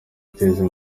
guteza